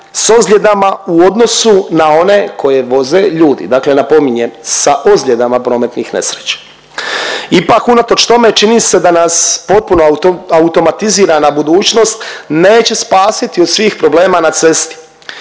s ozljedama u odnosu na one koje voze ljudi. Dakle, napominjem, sa ozljedama prometnih nesreća. Ipak, unatoč tome, čini se da nas potpuno automatizirana budućnost neće spasiti od svih problema na cesti.